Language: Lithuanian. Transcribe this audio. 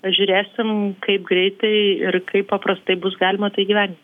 žiūrėsim kaip greitai ir kaip paprastai bus galima tai įgyvendint